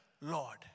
Lord